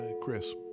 Chris